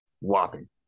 Whopping